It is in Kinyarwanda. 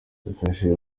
yafashije